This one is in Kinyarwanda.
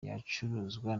yacuranzwe